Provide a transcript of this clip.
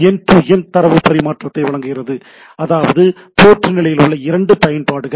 end to end தரவு பரிமாற்றத்தை வழங்குகிறது அதாவது போர்ட் நிலையில் உள்ள இரண்டு பயன்பாடுகள்